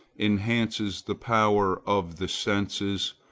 enhances the power of the senses,